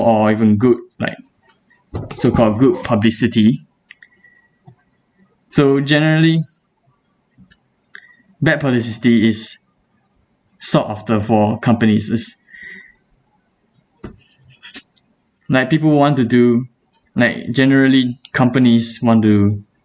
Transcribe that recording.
or even good like so-called good publicity so generally bad publicity is sought after for companies s~ like people want to do like generally companies want to